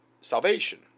salvation